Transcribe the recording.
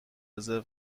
رزرو